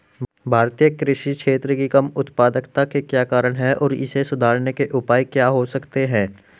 भारतीय कृषि क्षेत्र की कम उत्पादकता के क्या कारण हैं और इसे सुधारने के उपाय क्या हो सकते हैं?